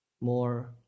more